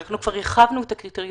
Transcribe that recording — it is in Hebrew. אנחנו כבר הרחבנו את הקריטריונים,